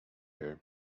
her